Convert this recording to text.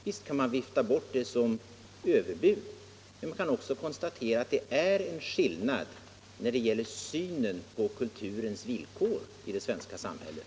Visst kan man vifta bort det som överbud, men man kan också konstatcra att det är en skillnad när det gäller synen på kulturens villkor i det svenska samhället.